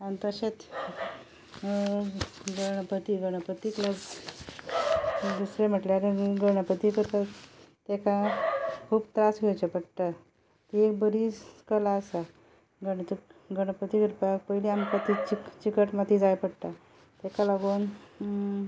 आनी तशेंच गणपती गणपतीक दुसरें म्हटल्यार गणपती करतात ताका खूब त्रास घेवचे पडटा ती एक बरी कला आसा गणप गणपती पयलीं आमकां चिकट चिकट माती जाय पडटा ताका लागून